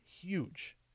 huge